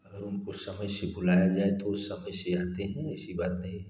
अगर उनको समय से बुलाया जाए तो वो समय से आते हैं ऐसी बात नहीं है